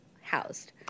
housed